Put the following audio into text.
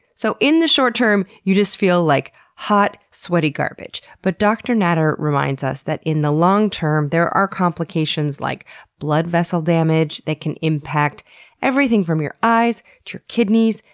so in the short term, you just feel like hot, sweaty garbage. but dr. natter reminds us that in the long term, there are complications like blood vessel damage that can impact everything from your eyes, to your kidneys,